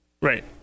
Right